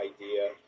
idea